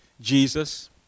Jesus